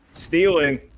stealing